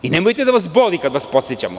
Nemojte da vas boli kad vas podsećamo.